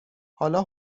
حالا